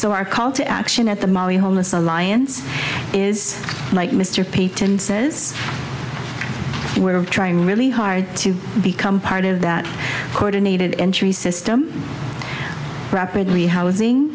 our call to action at the molly homeless alliance is like mr payton says we're trying really hard to become part of that coordinated entry system rapidly housing